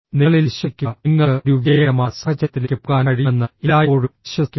നിങ്ങളിൽ വിശ്വസിക്കുക നിങ്ങൾക്ക് ഒരു വിജയകരമായ സാഹചര്യത്തിലേക്ക് പോകാൻ കഴിയുമെന്ന് എല്ലായ്പ്പോഴും വിശ്വസിക്കുക